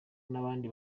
n’abandi